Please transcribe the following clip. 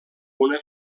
una